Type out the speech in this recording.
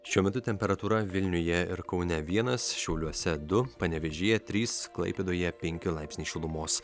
šiuo metu temperatūra vilniuje ir kaune vienas šiauliuose du panevėžyje trys klaipėdoje penki laipsniai šilumos